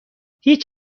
هیچ